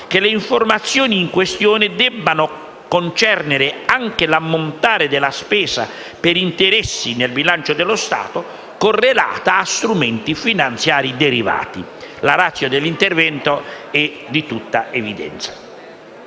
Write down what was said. che le informazioni in questione debbano concernere anche l'ammontare della spesa per interessi nel bilancio dello Stato correlata a strumenti finanziari derivati. La *ratio* dell'intervento è di tutta evidenza.